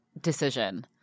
decision